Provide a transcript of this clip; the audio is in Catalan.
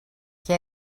què